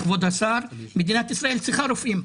כבוד השר, מדינת ישראל צריכה רופאים.